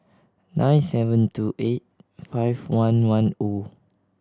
nine seven two eight five one one O